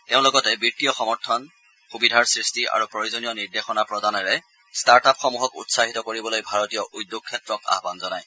তেওঁ লগতে বিত্তীয় সমৰ্থন সুবিধাৰ সৃষ্টি আৰু প্ৰয়োজনীয় নিৰ্দেশনা প্ৰদানেৰে ষ্টাৰ্টআপসমূহক উৎসাহিত কৰিবলৈ ভাৰতীয় উদ্যোগ ক্ষেত্ৰক আহান জনায়